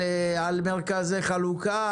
על מרכזי חלוקה,